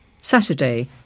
Saturday